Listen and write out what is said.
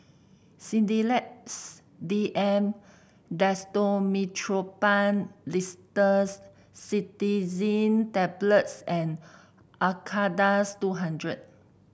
Sedilix D M Dextromethorphan Linctus Cetirizine Tablets and Acardust two hundred